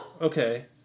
Okay